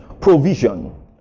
provision